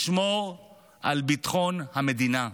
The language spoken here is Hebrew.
לשמור על ביטחון המדינה.